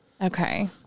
Okay